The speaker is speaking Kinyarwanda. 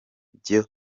byo